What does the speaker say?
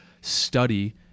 study